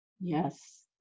Yes